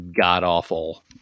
god-awful